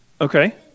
Okay